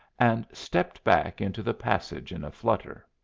and stepped back into the passage in a flutter.